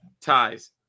ties